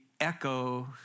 echo